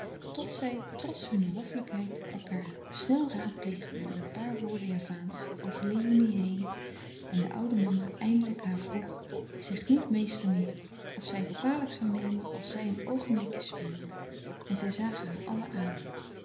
tot zij trots hunne hoffelijkheid elkaâr snel raadpleegden met een paar woorden javaansch over léonie heen en de oude mama eindelijk haar vroeg zich niet meester meer of zij het kwalijk zoû nemen als zij een oogenblikje speelden en zij zagen haar allen aan